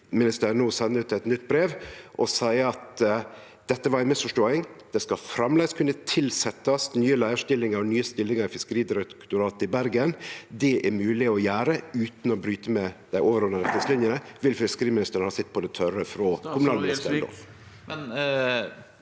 no sender ut eit nytt brev og seier at dette var ei misforståing – det skal framleis kunne tilsetjast nye leiarstillingar og nye stillingar i Fiskeridirektoratet i Bergen, og det er mogleg å gjere det utan å bryte med dei overordna retningslinjene – vil fiskeriministeren då ha sitt på det tørre frå kommunalministeren?